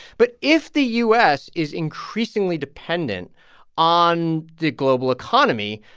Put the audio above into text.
but if the u s. is increasingly dependent on the global economy,